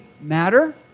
matter